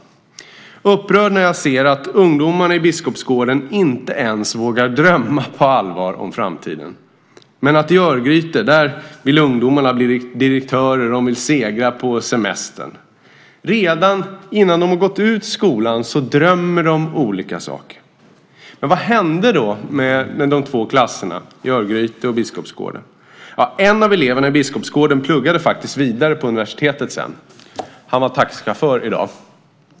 Jag blir upprörd när jag ser att ungdomarna i Biskopsgården inte ens på allvar vågar drömma om framtiden. Men i Örgryte vill ungdomarna bli direktörer och segla på semestern. Redan innan ungdomarna gått ut skolan drömmer de om olika saker. Men vad hände med de två klasserna i Örgryte respektive Biskopsgården? Ja, en av eleverna i Biskopsgården pluggade faktiskt senare vidare på universitetet. Han är taxichaufför i dag.